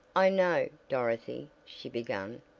i know, dorothy, she began,